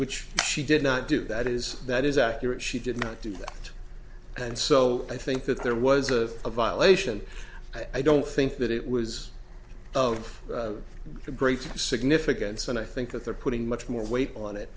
which she did not do that is that is accurate she did not do that and so i think that there was a violation i don't think that it was of great significance and i think that they're putting much more weight on it